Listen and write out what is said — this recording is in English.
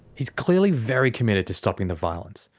he's clearly very committed to stopping the violence.